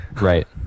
Right